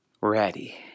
Ready